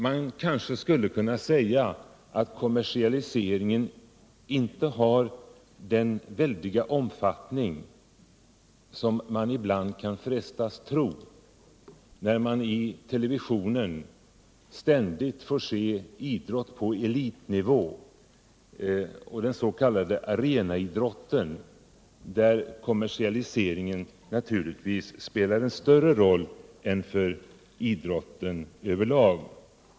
Man kanske kan säga att kommersialiseringen inte har den väldiga omfattning som man ibland kan frestas tro, när man i televisionen ständigt får se idrott på elitnivå och s.k. arenaidrott, där kommersialiseringen naturligtvis spelar en större roll än för idrotten i stort.